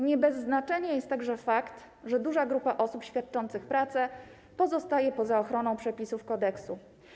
Nie bez znaczenia jest także fakt, że duża grupa osób świadczących pracę pozostaje poza ochroną przepisów kodeksu.